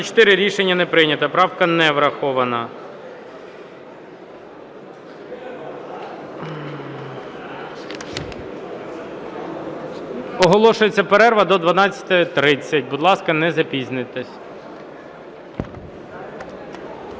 Рішення не прийнято. Правка не врахована. Оголошується перерва до 12:30. Будь ласка, не запізнюйтесь.